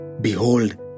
Behold